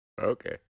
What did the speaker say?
Okay